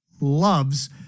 loves